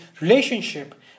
relationship